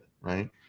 right